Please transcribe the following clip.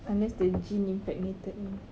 unless the gene impregnated me